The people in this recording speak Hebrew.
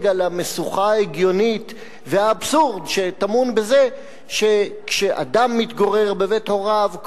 על המשוכה ההגיונית והאבסורד שטמון בזה שכשאדם מתגורר בבית הוריו,